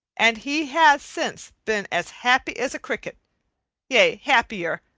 and he has since been as happy as a cricket yea, happier,